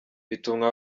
bituma